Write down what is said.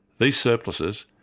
these surpluses,